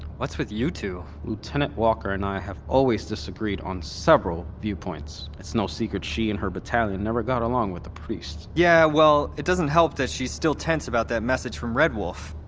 what's with you two? lieutenant walker and i have always disagreed on several viewpoints. it's no secret she and her battalion never got along with the priests yeah, well, it doesn't help that she's still tense about that message from red wolf.